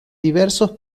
diversos